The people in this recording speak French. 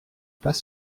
pas